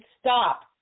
stop